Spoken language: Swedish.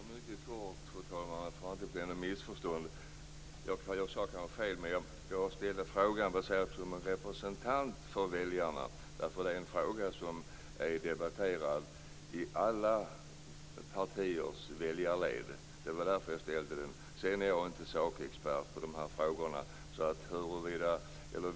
Fru talman! Jag skall fatta mig kort. För att det inte skall bli något missförstånd vill jag säga att jag kanske sade fel, men jag framställde min interpellation som en representant för väljarna, eftersom detta är en fråga som debatteras i alla partiers väljarled. Det var därför som jag framställde interpellationen. Sedan är jag inte sakexpert i dessa frågor.